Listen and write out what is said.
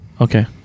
Okay